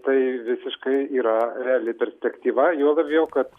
tai visiškai yra reali perspektyva juo labiau kad